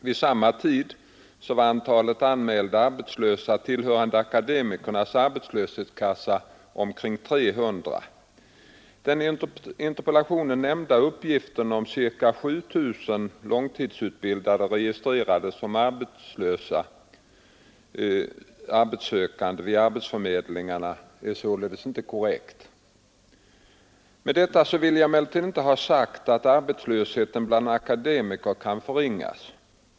Vid samma tid var antalet anmälda arbetslösa tillhörande akademikernas arbetslöshetskassa omkring 300. Den i interpellationen nämnda uppgiften om ca 7 000 långtidsutbildade registrerade som arbetslösa arbetssökande vid arbetsförmedlingarna är således inte korrekt. Med detta vill jag emellertid inte ha sagt att arbetslösheten bland akademiker kan förringas.